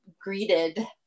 greeted